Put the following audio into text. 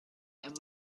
and